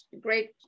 great